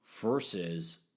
versus